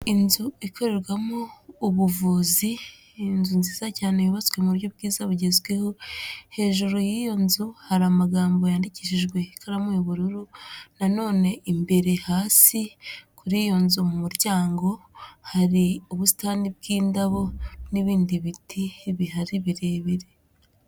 Inzu ikorerwamo ubuvuzi, inzu nziza cyane yubatswe mu buryo bwiza bugezweho, hejuru y'iyo nzu hari amagambo yandikishijwe ikaramu y'ubururu, na none imbere hasi kuri iyo nzu mu muryango, hari ubusitani bw'indabo n'ibindi biti bihari birebire.